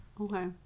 Okay